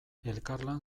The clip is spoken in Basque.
elkarlan